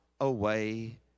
away